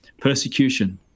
persecution